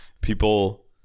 people